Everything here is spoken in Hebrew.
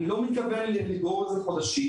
אני לא מתכוון לגרור את זה חודשים.